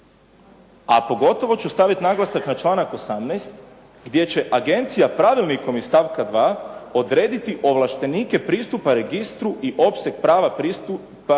A pogotovo ću staviti naglasak na članak 18. gdje će agencija pravilnikom iz stavka 2. odrediti ovlaštenike pristupa registru i opseg prava pristupa podacima